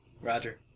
Roger